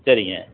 சரிங்க